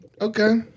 Okay